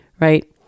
right